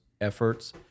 efforts